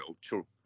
true